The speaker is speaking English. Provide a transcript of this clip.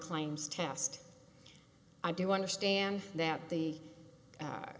claims test i do understand that the